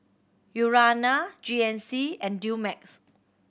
Urana G N C and Dumex